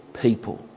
people